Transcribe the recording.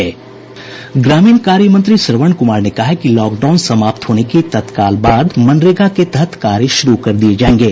ग्रामीण कार्य मंत्री श्रवण कुमार ने कहा है कि लॉकडाउन समाप्त होने के तत्काल बाद मनरेगा के तहत कार्य शुरू कर दिये जायेंगे